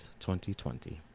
2020